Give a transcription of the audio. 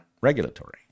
regulatory